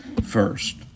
first